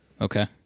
Okay